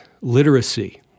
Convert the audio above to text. literacy